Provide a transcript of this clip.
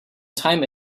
time